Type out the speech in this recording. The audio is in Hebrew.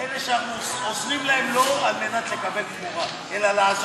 אלה שאנחנו עוזרים להם שלא על מנת לקבל תמורה,